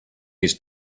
his